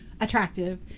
attractive